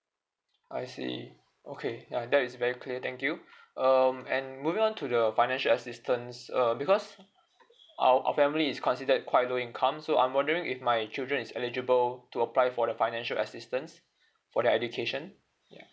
I see okay uh that is very clear thank you um and moving on to the financial assistance uh because our our family is considered quite low income so I'm wondering if my children is eligible to apply for the financial assistance for their education yeah